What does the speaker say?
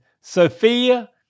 Sophia